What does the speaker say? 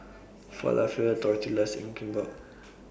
Falafel Tortillas and Kimbap